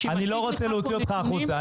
אני לא רוצה להוציא אותך החוצה.